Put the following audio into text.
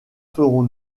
ferons